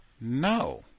No